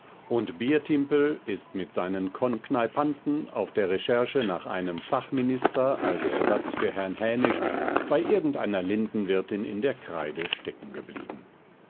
und biertimpel ist mit seinen konkneipanten auf der recherche nach einem fachminister als ersatz für herrn haenisch bei irgendeiner lindenwirtin in der kreide stecken geblieben